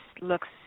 looks